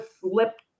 slipped